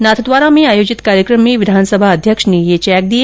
नाथद्वारा में आयोजित कार्यक्रम में विधानसभा अध्यक्ष ने ये चैक दिए